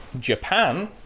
japan